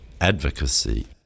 advocacy